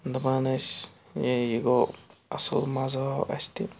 دَپان ٲسۍ یے یہِ گوٚو اَصٕل مَزٕ آو اَسہِ تہِ